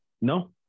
No